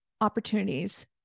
opportunities